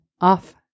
off